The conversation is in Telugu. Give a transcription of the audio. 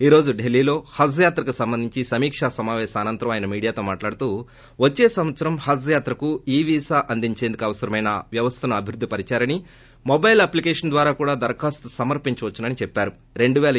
ఈ రోజు ఢిల్లీలో హజ్ యాత్రకు సంబంధించి సమీకా సమావేశం అనంతరం ఆయన మీడియాతో మాట్లాడుతూ వచ్చే సంవత్సరం హజ్ యాత్రకు ఇ వీసా అందించేందుకు అవసరమైన వ్యవస్థను అభివృద్ధి చేశారని మొబైల్ అప్లికేషన్ ద్వారా కూడా దరఖాస్తును సమర్పించవచ్చని అన్సారు